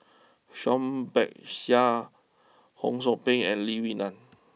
Peck Seah Ho Sou Ping and Lee Wee Nam